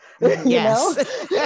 Yes